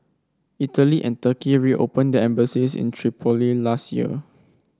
Italy and Turkey reopened their embassies in Tripoli last year